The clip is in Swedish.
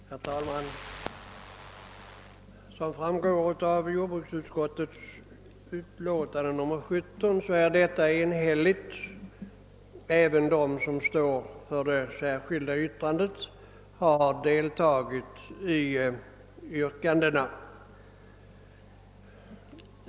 Herr talman! Som framgår av jordbruksutskottets utlåtande nr 17 är detta enhälligt — även de som har avgivit det särskilda yttrandet har anslutit sig till yrkandena.